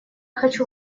хочу